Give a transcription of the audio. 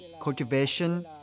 cultivation